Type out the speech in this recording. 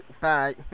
bye